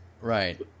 Right